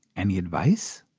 any advice?